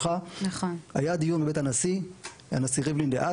היה דיון בבית הנשיא דאז,